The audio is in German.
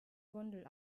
gondel